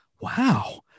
wow